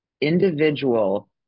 individual